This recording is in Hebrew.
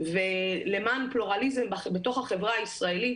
ולמען פלורליזם בתוך החברה הישראלית,